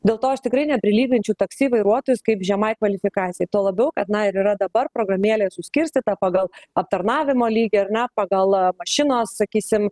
dėl to aš tikrai neprilyginčiau taksi vairuotojus kaip žemai kvalifikacijai tuo labiau kad na ir yra dabar programėlėj suskirstyta pagal aptarnavimo lygį ar ne pagal mašinos sakysim